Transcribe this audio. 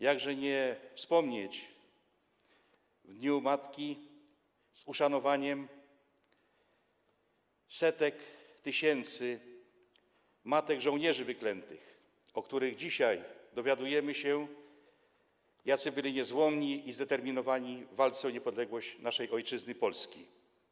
Jakże w Dniu Matki nie wspomnieć z uszanowaniem setek tysięcy matek żołnierzy wyklętych, o których dzisiaj dowiadujemy się, jacy byli niezłomni i zdeterminowani w walce o niepodległość naszej ojczyzny, Polski.